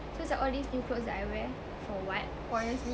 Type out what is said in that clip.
so it's like all these new clothes that I wear for what honestly